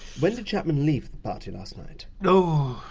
when did chapman leave the party last night? oh,